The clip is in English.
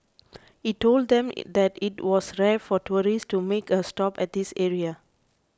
he told them it that it was rare for tourists to make a stop at this area